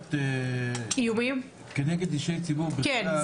עבירות כנגד אישי ציבור בכלל --- כן,